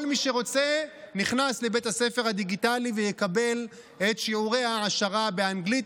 כל מי שרוצה נכנס לבית הספר הדיגיטלי ויקבל את שיעורי ההעשרה באנגלית,